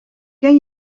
ken